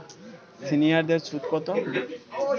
সিনিয়ারদের সুদ কত?